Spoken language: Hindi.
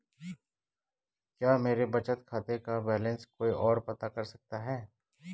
क्या मेरे बचत खाते का बैलेंस कोई ओर पता कर सकता है?